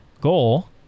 goal